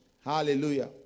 Hallelujah